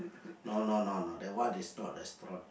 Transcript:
no no no no that one is not restaurant